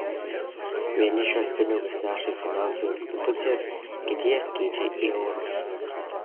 vieni šiuos pinigus neša į finansų institucijas kiti jas keičia į eurus